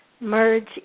merge